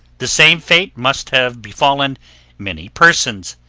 the same fate must have befallen many persons,